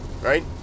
right